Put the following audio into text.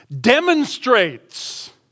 demonstrates